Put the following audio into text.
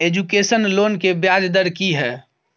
Education loan के ब्याज दर की हय?